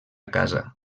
casa